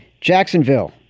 Jacksonville